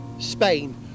Spain